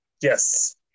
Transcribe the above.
Yes